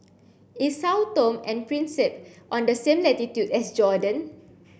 is Sao Tome and Principe on the same latitude as Jordan